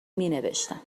مینوشتم